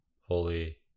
holy